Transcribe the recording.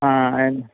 അ അ എൻ